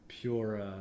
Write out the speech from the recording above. pure